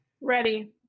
Ready